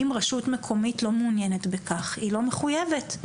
אם רשות מקומית לא מעוניינת בכך, היא לא מחויבת.